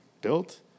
built